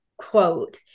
quote